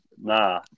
nah